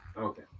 Okay